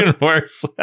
worse